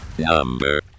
Number